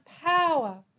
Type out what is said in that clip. power